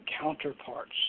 counterparts